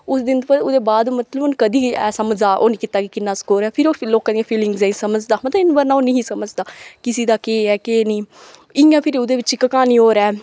उस दिन दे बाद ओह्दे बाद मतलब कदें एह् ऐसा मजाक नेईं कीता कि किन्ना स्कोर ऐ फिर ओह् लोकें दी फिलिंगस गी समझदा हा कि मतलब कि बरना ओह् नेईं ही समझदा किसी दा केह् ऐ केह् नेईं इ'यां फिर ओह्दे बिच्च इक क्हानी होर ऐ